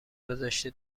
گدشته